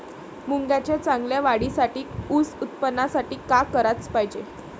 मुंगाच्या चांगल्या वाढीसाठी अस उत्पन्नासाठी का कराच पायजे?